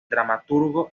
dramaturgo